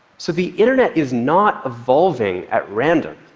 so the internet is not evolving at random.